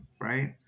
right